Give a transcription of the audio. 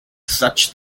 such